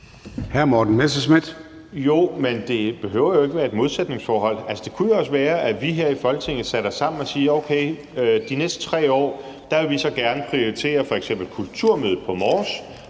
Morten Messerschmidt (DF): Men det behøver jo ikke at være et modsætningsforhold. Det kunne jo også være, at vi her i Folketinget satte os sammen og sagde: Okay, de næste 3 år vil vi gerne prioritere f.eks. Kulturmødet Mors